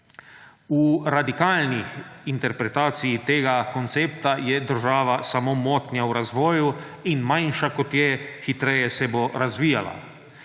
V radikalni interpretaciji tega koncepta je država samo motnja v razvoju in manjša, kot je, hitreje se bo razvijala.